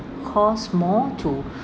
cost more to